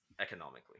economically